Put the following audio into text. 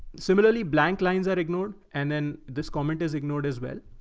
similarly blank lines are ignored and then this comment is ignored as well.